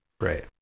Right